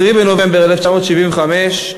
10 בנובמבר 1975,